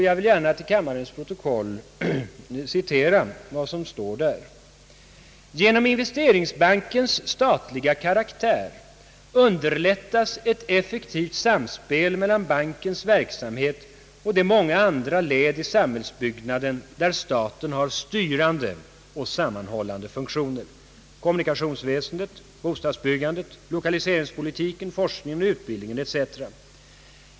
Jag vill gärna till kammarens protokoll anföra vad som där uttalas. Det heter: »Genom investeringsbankens statliga karaktär underlättas ett effektivt samspel mellan ban Ang. kens verksamhet och de många andra led i samhällsutbyggnaden där staten har styrande och sammanhållande funktioner: kommunikationsväsendet, bostadsbyggandet, <:lokaliseringspolitiken, forskningen, utbildningen etc.